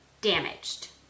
damaged